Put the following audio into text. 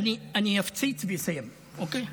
אני אפציץ ואסיים, אוקיי?